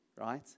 right